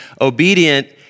obedient